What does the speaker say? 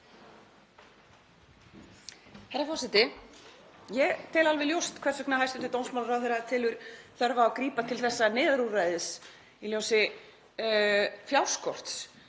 Herra forseti. Ég tel alveg ljóst hvers vegna hæstv. dómsmálaráðherra telur þörf á að grípa til þessa neyðarúrræðis í ljósi fjárskorts.